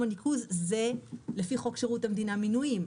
הניקוז זה לפי חוק שירות המדינה (מינויים).